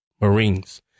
Marines